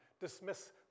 dismiss